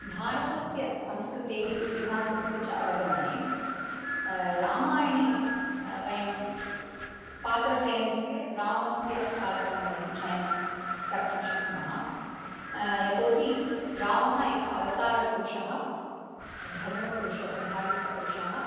भारतस्य संस्कृतेः इतिहासस्य च अवगमने रामायणे वयं पात्रचयनमित्युक्ते रामस्य पात्रं वयं चयनं कर्तुं शक्नुमः यतो हि रामः एकः अवतारपुरुषः धर्मपुरुषः धार्मिकपुरुषः